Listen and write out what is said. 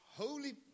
holy